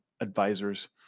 advisors